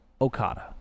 Okada